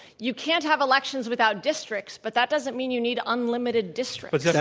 you can't have elections without districts, but that doesn't mean you need unlimited districts. yeah